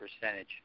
percentage